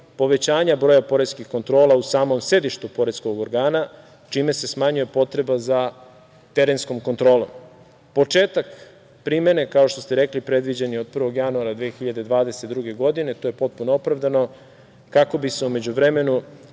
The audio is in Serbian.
povećanja broja poreskih kontrola u samom sedištu poreskog organa, čime se smanjuje potreba za terenskom kontrolom. Početak primene, kao što ste rekli, predviđen je od 1. januara 2022. godine. To je potpuno opravdano, kako bi se u međuvremenu